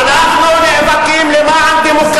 זה האחריות שלו.